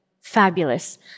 Fabulous